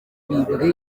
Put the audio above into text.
bibwe